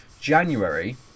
January